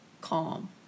calm